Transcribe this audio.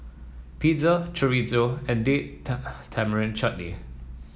Pizza Chorizo and Date Tamarind Chutney